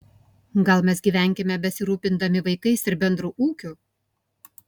gal mes gyvenkime besirūpindami vaikais ir bendru ūkiu